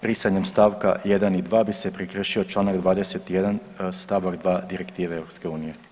Brisanjem stavka 1. i 2. bi se prekršio Članak 21. stavak 2. Direktive EU.